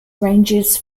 ranges